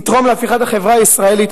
יתרום להפיכת החברה הישראלית,